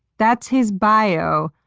that's his bio!